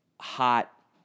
hot